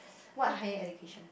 what higher education